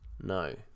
No